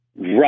Right